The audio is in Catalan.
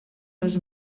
dos